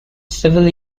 civil